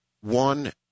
one